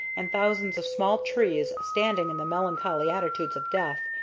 and thousands of small trees, standing in the melancholy attitudes of death,